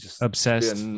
obsessed